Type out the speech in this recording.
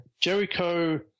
Jericho